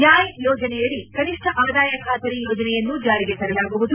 ನ್ಯಾಯ್ ಯೋಜನೆಯಡಿ ಕನಿಷ್ನ ಆದಾಯ ಖಾತರಿ ಯೋಜನೆಯನ್ನು ಜಾರಿಗೆ ತರಲಾಗುವುದು